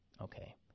Okay